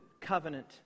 covenant